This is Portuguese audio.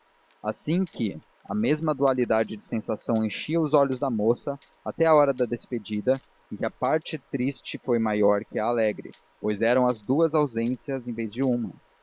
assim quê a mesma dualidade de sensação enchia os olhos da moça até a hora da despedida em que a parte triste foi maior que a alegre pois que eram duas ausências em vez de uma